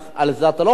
על זה אתה לא חולק.